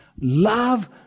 love